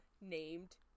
named